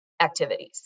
activities